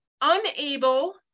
unable